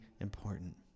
important